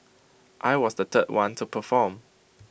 I was the third one to perform